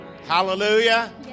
Hallelujah